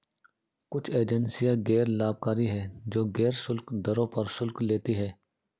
कुछ एजेंसियां गैर लाभकारी हैं, जो गैर शुल्क दरों पर शुल्क लेती हैं